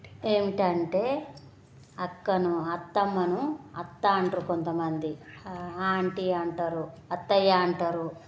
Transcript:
ఏమిటి అంటే అక్కను అత్తమ్మను అత్తా అంటారు కొంతమంది ఆంటీ అంటారు అత్తయ్య అంటారు